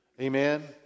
Amen